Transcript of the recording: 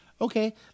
Okay